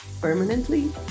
permanently